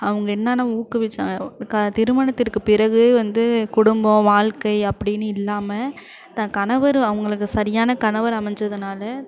அவங்க என்னென்ன ஊக்குவிச்சா க திருமணத்திற்கு பிறகு வந்து குடும்பம் வாழ்க்கை அப்படின்னு இல்லாமல் தான் கணவர் அவங்களுக்கு சரியான கணவர் அமைஞ்சதுனால்